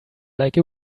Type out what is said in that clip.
like